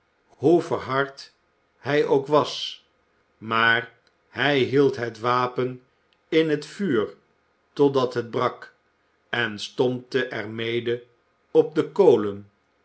hoe verhard hij ook was maar hij hield het wapen in het vuur totdat het brak en stompte er mede op de kolen